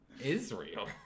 Israel